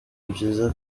byiza